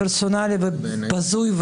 חוק-יסוד: